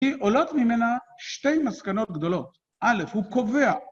כי עולות ממנה שתי מסקנות גדולות. א', הוא קובע.